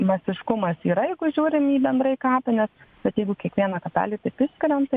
masiškumas yra jeigu žiūrim į bendrai kapines bet jeigu kiekvieną kapelį taip išskiriam tai